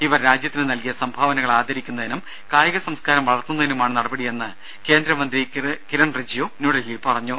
ഇവർ രാജ്യത്തിന് നൽകിയ സംഭാവനകളെ ആദരിക്കുന്നതിനും കായിക സംസ്കാരം വളർത്തുന്നതിനുമാണ് നടപടിയെന്ന് കേന്ദ്രമന്ത്രി കിരൺ റിജിജു ന്യൂഡൽഹിയിൽ പറഞ്ഞു